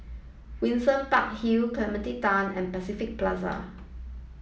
Windsor Park Hill Clementi Town and Pacific Plaza